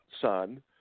son